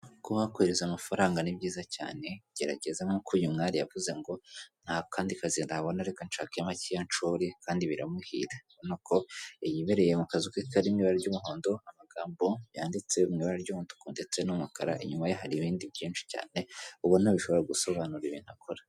Kuba wakohereza amafaranga ni byiza cyane gerageza nk'uko uyu mwari yavuze ngo nta kandi kazi ndahabona reka nshake make nshore kandi biramuhira, ubona ko yibereye mu kazu ke kari mu ibara ry'umuhondo amagambo yanditse mu ibara ry'umutuku ndetse n'umukara inyuma ye hari ibindi byinshi cyane ubona bishobora gusobanura ibintu akora.